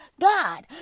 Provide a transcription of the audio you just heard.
God